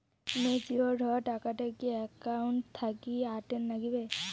Matured হওয়া টাকাটা কি একাউন্ট থাকি অটের নাগিবে?